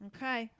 Okay